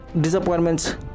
disappointments